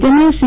તેમણે સી